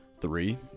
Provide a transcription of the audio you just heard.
Three